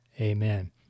Amen